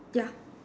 ya